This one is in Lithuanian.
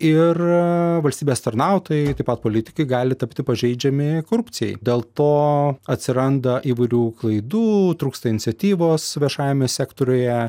ir valstybės tarnautojai taip pat politikai gali tapti pažeidžiami korupcijai dėl to atsiranda įvairių klaidų trūksta iniciatyvos viešajame sektoriuje